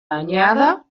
anyada